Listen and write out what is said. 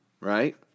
right